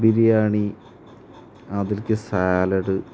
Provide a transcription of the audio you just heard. ബിരിയാണി അതിലൊക്കെ സാലഡ്